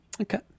Okay